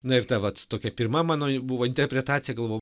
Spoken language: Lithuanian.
na ir ta vat tokia pirma mano buvo interpretacija galvojau